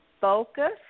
Focus